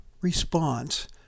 response